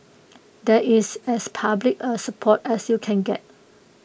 that is as public A support as you can get